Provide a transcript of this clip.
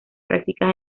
prácticas